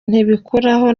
ntibikuraho